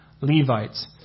Levites